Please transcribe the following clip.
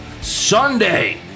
Sunday